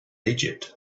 egypt